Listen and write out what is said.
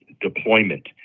deployment